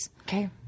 Okay